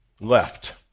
left